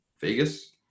Vegas